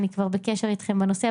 אני כבר בקשר אתכם בנושא,